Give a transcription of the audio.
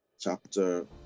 chapter